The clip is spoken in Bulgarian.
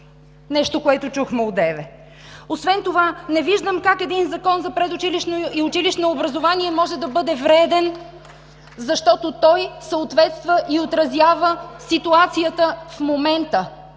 нещо, което чухме одеве. Освен това не виждам как един Закон за предучилищно и училищно образование може да бъде вреден, защото съответства и отразява ситуацията в момента,